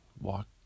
walk